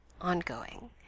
ongoing